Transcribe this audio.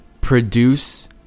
produce